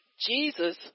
jesus